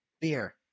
Beer